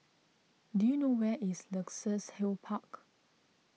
do you know where is Luxus Hill Park